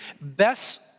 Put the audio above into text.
Best